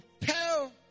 tell